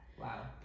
wow